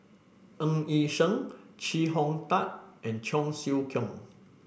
Ng Yi Sheng Chee Hong Tat and Cheong Siew Keong